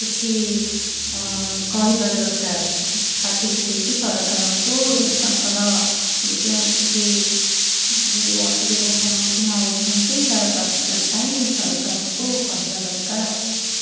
କିଛି କହିବା ଦରକାର ପାଟି ଫିଟାଇକି ସରକାରଙ୍କୁ ତାଙ୍କର ନିଜର କିଛି ଯେଉଁ ଅସୁବିଧା ସମ୍ମୁଖୀନ ହେଉଛନ୍ତି ତାର ପ୍ରତିକାର ପାଇଁ ସରକାରଙ୍କୁ ଦରକାର ଆଉ